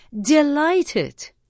delighted